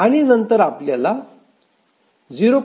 आणि नंतर आपल्याला 0